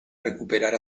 recuperar